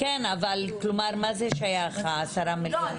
אבל מה זה שייך ה-10 מיליון?